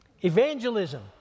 Evangelism